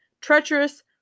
treacherous